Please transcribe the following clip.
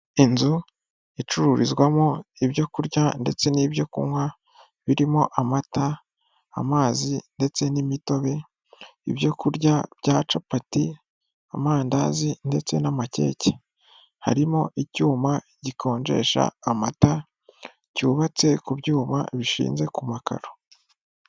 Inzu icururizwamo ibyo kurya ndetse n'ibyo kunywa, birimo: amata, amazi ndetse n'imitobe, ibyo kurya bya capati, amandazi ndetse n'amakeke, harimo icyuma gikonjesha amata cyubatse ku byuma bishinze ku makaro.